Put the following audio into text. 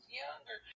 younger